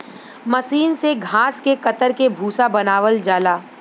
मसीन से घास के कतर के भूसा बनावल जाला